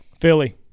Philly